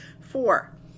Four